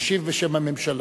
משיב בשם הממשלה.